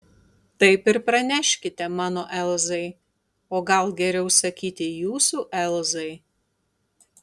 taip ir praneškite mano elzai o gal geriau sakyti jūsų elzai